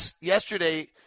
Yesterday